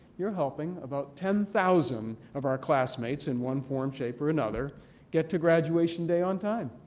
you're helping about ten thousand of our classmates in one form, shape, or another get to graduation day on time.